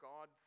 God